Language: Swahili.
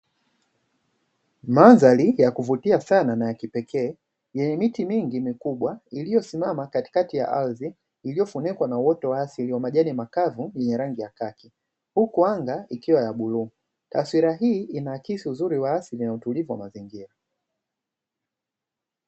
Mandhari ya kuvutia sana na ya kipekee yenye miti mingi mikubwa iliyosimama katikati ya ardhi iliyofunikwa na uwoto waathiri wa majani makavu yenye rangi ya kaki huku anga ikiwa ya bluu taswira hii inaakisi uzuri wa asili na utulivu wa mazingira.